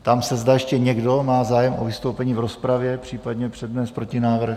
Ptám se, zda ještě někdo má zájem o vystoupení v rozpravě, případně přednést protinávrh?